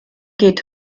geht